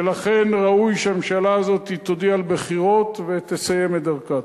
ולכן ראוי שהממשלה הזאת תודיע על בחירות ותסיים את דרכה.